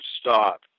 stop